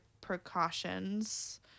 precautions